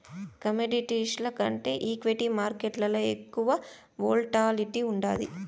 కమోడిటీస్ల కంటే ఈక్విటీ మార్కేట్లల ఎక్కువ వోల్టాలిటీ ఉండాది